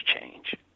change